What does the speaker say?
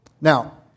Now